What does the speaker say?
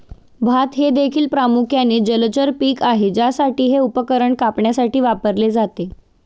भात हे देखील प्रामुख्याने जलचर पीक आहे ज्यासाठी हे उपकरण कापण्यासाठी वापरले जाते